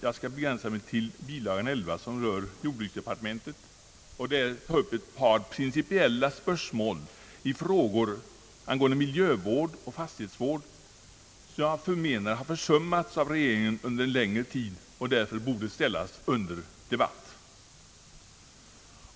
Jag skall begränsa mig till Bilaga 11, som rör jordbruksdepartementet, och taga upp ett par principiella spörsmål i frågor angående miljövård och fastighetsvård, som jag anser har försummats av regeringen under en längre tid och därför borde ställas under debatt.